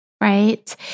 right